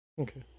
Okay